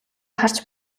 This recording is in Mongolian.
харж